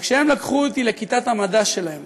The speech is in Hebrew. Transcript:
וכשהם לקחו אותי לכיתת המדע שלהם